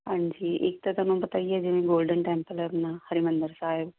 ਹਾਂਜੀ ਇੱਕ ਤਾਂ ਤੁਹਾਨੂੰ ਪਤਾ ਹੀ ਹੈ ਜਿਵੇਂ ਗੋਲਡਨ ਟੈਂਪਲ ਆਪਣਾ ਹਰਿਮੰਦਰ ਸਾਹਿਬ